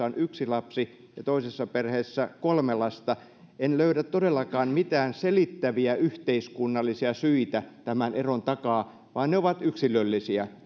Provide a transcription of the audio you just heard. on yksi lapsi ja toisessa perheessä kolme lasta en löydä todellakaan mitään selittäviä yhteiskunnallisia syitä tämän eron takaa vaan ne erot ovat yksilöllisiä